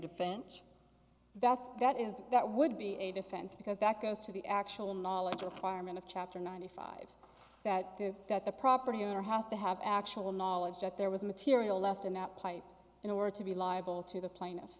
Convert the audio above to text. defense that's that is that would be a defense because that goes to the actual knowledge of firemen of chapter ninety five that the that the property owner has to have actual knowledge that there was material left in that place in order to be liable to the plaintiff